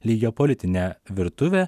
lygio politinę virtuvę